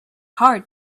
hard